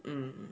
mm